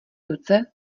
ruce